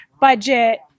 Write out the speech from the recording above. budget